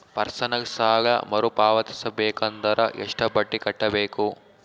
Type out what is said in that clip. Personal ಸಾಲ ಮರು ಪಾವತಿಸಬೇಕಂದರ ಎಷ್ಟ ಬಡ್ಡಿ ಕಟ್ಟಬೇಕು?